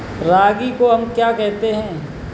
रागी को हम क्या कहते हैं?